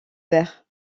verre